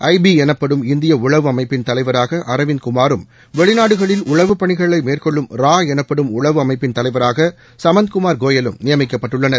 I P எனப்படும் இந்திய உளவு அமைப்பின் தலைவராக அரவிந்த் குமாரும் வெளிநாடுகளில் உளவு பணிகளை மேற்கொள்ளும் ரா எனப்படும் உளவு அமைப்பின் தலைவராக சமந்த்குமார் கோயலும் நியமிக்கப்பட்டுள்ளனர்